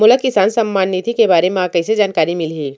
मोला किसान सम्मान निधि के बारे म कइसे जानकारी मिलही?